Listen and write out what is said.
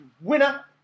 Winner